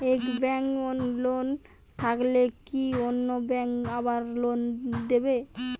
এক ব্যাঙ্কে লোন থাকলে কি অন্য ব্যাঙ্কে আবার লোন পাব?